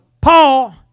Paul